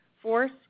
force